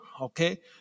okay